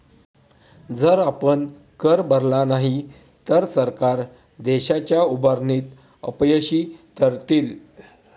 जर आपण कर भरला नाही तर सरकार देशाच्या उभारणीत अपयशी ठरतील